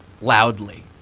loudly